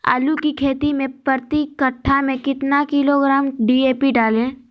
आलू की खेती मे प्रति कट्ठा में कितना किलोग्राम डी.ए.पी डाले?